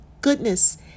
goodness